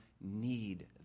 need